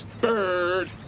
bird